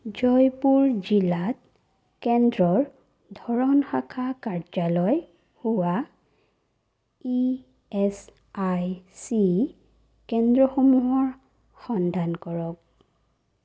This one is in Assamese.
জয়পুৰ জিলাত কেন্দ্ৰৰ ধৰণ শাখা কাৰ্যালয় হোৱা ইএচআইচি কেন্দ্ৰসমূহৰ সন্ধান কৰক